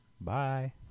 bye